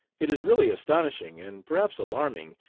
it is really astonishing, and perhaps alarming,